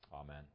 Amen